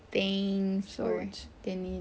things for their needs